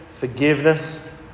Forgiveness